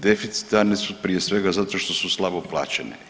Deficitarne su prije svega zato što su slabo plaćene.